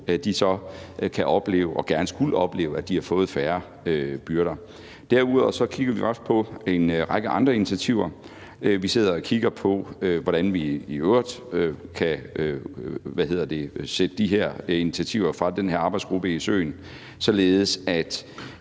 risiko kan opleve og gerne skulle opleve, at de har fået færre byrder. Derudover kigger vi også på en række andre initiativer. Vi sidder og kigger på, hvordan vi i øvrigt kan sætte de her initiativer fra den her arbejdsgruppe i søen, således at